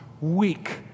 weak